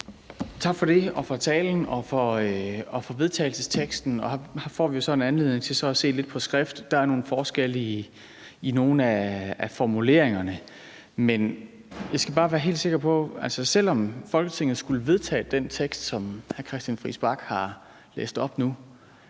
Tak for det, og tak for talen og for vedtagelsesteksten. Her får vi så en anledning til at se det lidt på skrift. Der er nogle forskelle i nogle af formuleringerne. Selv om Folketinget skulle vedtage den tekst, som hr. Christian Friis Bach har læst op nu,